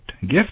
gift